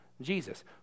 Jesus